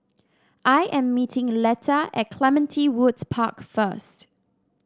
I am meeting Letta at Clementi Woods Park first